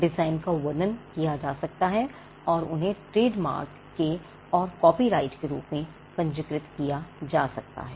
design का वर्णन किया जा सकता है और उन्हें ट्रेडमार्क के और कॉपीराइट के रूप में पंजीकृत किया जा सकता है